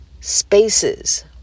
spaces